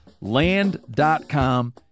Land.com